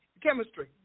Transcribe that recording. chemistry